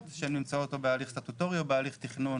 שנמצאות או בהליך סטטוטורי או בהליך תכנון,